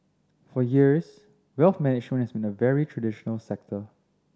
for years wealth management has been a very traditional sector